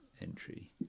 entry